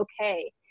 okay